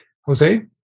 Jose